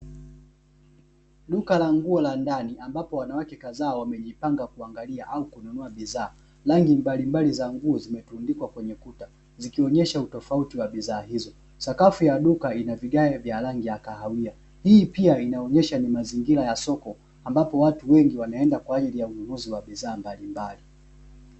Duka la nguo la ndani, ambapo wanawake kadhaa wamejipanga kuangalia au kununua bidhaa. Rangi mbalimbali za nguo zimetundikwa kwenye kuta, zikionyesha utofauti wa bidhaa hizo. Sakafu ya duka ina vigae vya rangi ya kahawia, hii pia inaonyesha ni mazingira ya soko, ambapo watu wengi wanaenda kwa ajili ya ununuzi wa bidhaa mbalimbali.